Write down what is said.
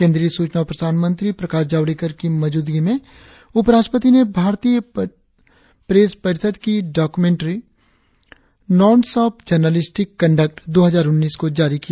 केंद्रीय सूचना और प्रसारण मंत्री प्रकाश जावड़ेकर की मौजूदगी में उपराष्ट्रपति ने भारतीय परिषद की directory norms of journalistic conduct दो हजार डन्नीस को जारी किया